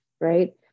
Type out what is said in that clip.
right